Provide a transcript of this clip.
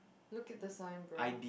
look at the sign bro